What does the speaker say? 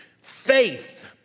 faith